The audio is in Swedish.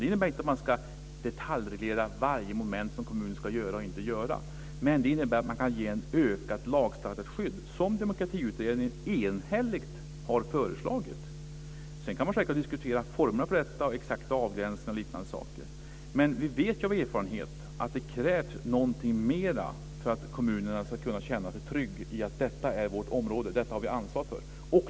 Det innebär inte att man ska detaljreglera varje moment som kommunen ska göra och inte göra, men det innebär att man kan ge ett ökat lagstadgat skydd, som Demokratiutredningen enhälligt har föreslagit. Sedan kan vi självfallet diskutera formerna för detta, exakta avgränsningar och liknande saker. Men vi vet av erfarenhet att det krävs någonting mera för att kommunerna ska kunna känna sig trygga i att detta är deras område, att detta har de ansvar för.